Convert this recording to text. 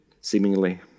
seemingly